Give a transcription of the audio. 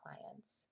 clients